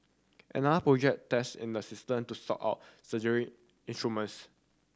another project test in the system to sort out surgery instruments